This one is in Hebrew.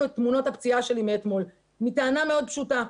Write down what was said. את תמונות הפציעה שלי מאתמול וזה מסיבה מאוד פשוטה.